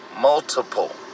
multiple